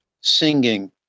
singing